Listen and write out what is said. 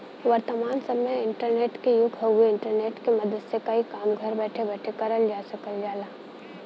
वर्तमान समय इंटरनेट क युग हउवे इंटरनेट क मदद से कई काम घर बैठे बैठे करल जा सकल जाला